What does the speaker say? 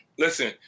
Listen